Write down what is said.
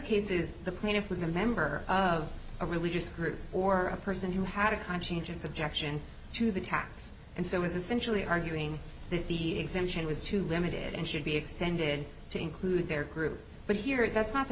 cases the plaintiff was a member of a religious group or a person who had a conscientious objection to the tax and so was essentially arguing that the exemption was too limited and should be extended to include their group but here that's not the